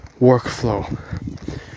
Workflow